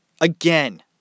again